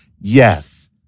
yes